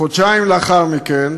חודשיים לאחר מכן